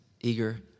eager